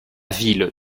ville